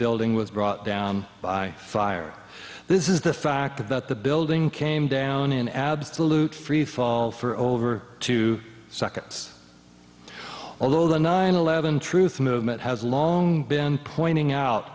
building was brought down by fire this is the fact that the building came down in absolute freefall for over two seconds although the nine eleven truth movement has long been pointing out